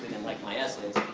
like my assays.